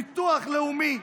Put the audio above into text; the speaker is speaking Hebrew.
ביטוח לאומי.